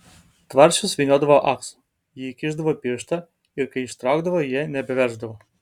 tvarsčius vyniodavo ahsu ji įkišdavo pirštą ir kai ištraukdavo jie nebeverždavo